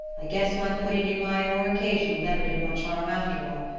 i guess my putting in my oar occasional never did much harm after all.